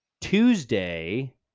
Tuesday